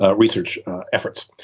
ah research efforts.